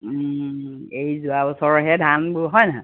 এই যোৱা বছৰৰহে ধানবোৰ হয় নহয়